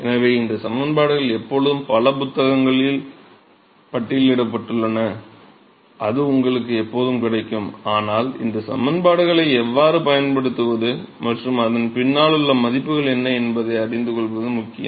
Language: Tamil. எனவே இந்த சமன்பாடுகள் எப்பொழுதும் பல புத்தகங்களில் பட்டியலிடப்பட்டுள்ளன அது உங்களுக்கு எப்போதும் கிடைக்கும் ஆனால் இந்த சமன்பாடுகளை எவ்வாறு பயன்படுத்துவது மற்றும் அதன் பின்னால் உள்ள மதிப்புகள் என்ன என்பதை அறிந்து கொள்வதும் முக்கியம்